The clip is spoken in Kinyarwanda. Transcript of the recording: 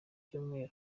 cyumweru